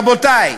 רבותי,